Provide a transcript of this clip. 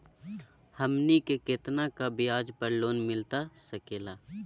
हमनी के कितना का ब्याज पर लोन मिलता सकेला?